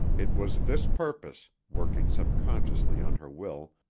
it was this purpose, working subconsciously on her will,